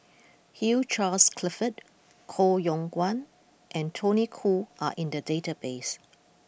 Hugh Charles Clifford Koh Yong Guan and Tony Khoo are in the database